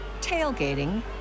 tailgating